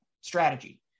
strategy